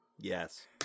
Yes